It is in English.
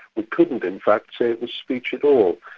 we couldn't in fact say it was speech at all.